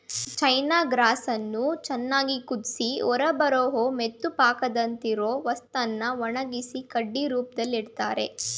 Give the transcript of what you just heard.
ಚೈನ ಗ್ರಾಸನ್ನು ಚೆನ್ನಾಗ್ ಕುದ್ಸಿ ಹೊರಬರೋ ಮೆತುಪಾಕದಂತಿರೊ ವಸ್ತುನ ಒಣಗ್ಸಿ ಕಡ್ಡಿ ರೂಪ್ದಲ್ಲಿಡ್ತರೆ